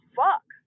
fuck